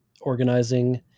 organizing